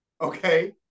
okay